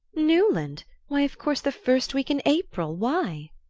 newland! why, of course, the first week in april. why?